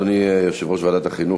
אדוני יושב-ראש ועדת החינוך,